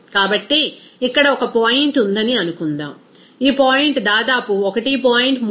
కాబట్టి ఇక్కడ ఒక పాయింట్ ఉందని అనుకుందాం ఈ పాయింట్ దాదాపు 1